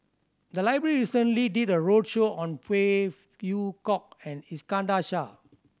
the library recently did a roadshow on Phey Yew Kok and Iskandar Shah